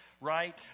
right